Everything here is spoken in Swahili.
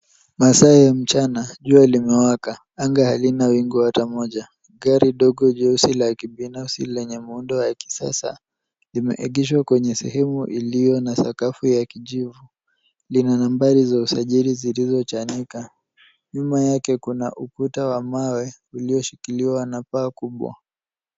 Masaa ya mchana. Jua limewaka. Anga halina wingu ata moja. Gari ndogo jeusi la kibinafsi lenye muundo wa kisasa, limeegeshwa kwenye sehemu iliyo na sakafu ya kijivu. Lina nambari za usajili zilizochanika. Nyuma yake kuna ukuta wa mawe, ulioshikiliwa na paa kubwa.